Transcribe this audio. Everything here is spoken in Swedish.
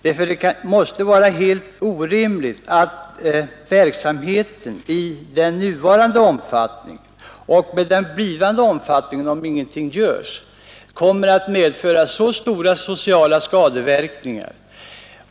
Det måste nämligen vara helt orimligt att verksamheten med den nuvarande omfattningen — och den ökade omfattning som kommer att bli följden om ingenting görs — får medföra mycket stora sociala skadeverkningar.